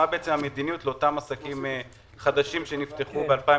מה המדיניות לאותם עסקים חדשים שנפתחו ב-2020,